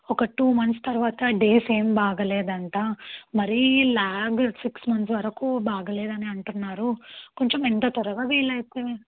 ఒక two months తరువాత days ఏం బాగలేదంట మరీ లాగ్ సిక్స్ మంత్స్ వరకు బాగలేదని అంటున్నారు కొంచం ఎంత త్వరగా వీలైతే